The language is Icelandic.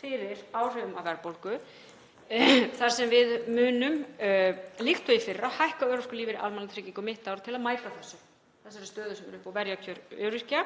fyrir áhrifum af verðbólgu þar sem við munum, líkt og í fyrra, hækka örorkulífeyri almannatrygginga um mitt ár til að mæta þessari stöðu sem er uppi og verja kjör öryrkja.